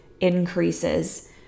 increases